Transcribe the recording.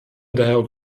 daher